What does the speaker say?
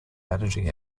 managing